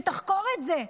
שתחקור את זה,